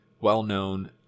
well-known